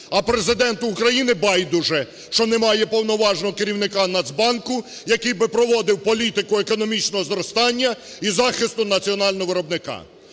а Президенту України байдуже, що нема повноважного керівника Нацбанку, який би проводив політику економічного зростання і захисту національного виробника.